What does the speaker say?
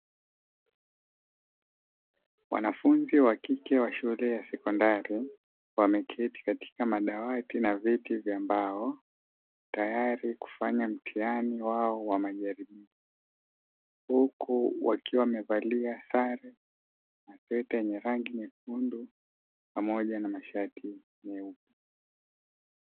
Wanafunzi wa kike wa shule ya sekondari wameketi katika madawati na viti vya mbao tayari kufanya mtihani wao wa majaribio, huku wakiwa wamevalia sare ya masweta yenye rangi nyekundu pamoja na mashati meupe.